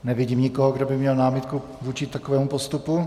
Nevidím nikoho, kdo by měl námitku vůči takovému postupu.